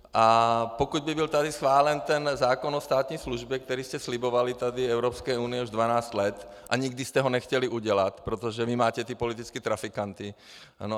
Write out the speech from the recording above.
A pokud by byl tady schválen ten zákon o státní službě, který jste slibovali tady Evropské unii už dvanáct let a nikdy jste ho nechtěli udělat, protože vy máte ty politické trafikanty, ano...